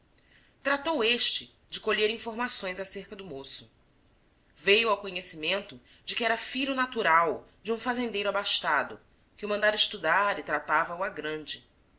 tratou este de colher informações acerca do moço veio ao conhecimento de que era filho natural de um fazendeiro abastado que o mandara estudar e tratava-o à grande